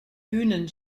bühnen